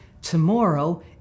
tomorrow